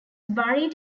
buried